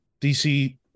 DC